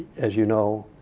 as you know,